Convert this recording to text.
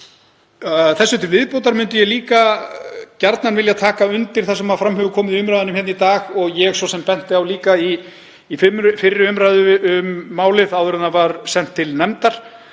Þessu til viðbótar myndi ég gjarnan vilja taka undir það sem fram hefur komið í umræðunum í dag, og ég svo sem benti á í fyrri umr. um málið áður en það var sent til nefndar,